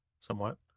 somewhat